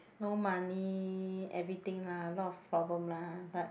no money everything lah a lot of problem lah but